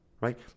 Right